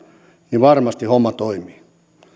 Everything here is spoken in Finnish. niin varmasti homma toimii